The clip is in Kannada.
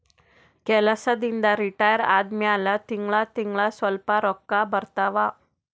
ಕೆಲ್ಸದಿಂದ್ ರಿಟೈರ್ ಆದಮ್ಯಾಲ ತಿಂಗಳಾ ತಿಂಗಳಾ ಸ್ವಲ್ಪ ರೊಕ್ಕಾ ಬರ್ತಾವ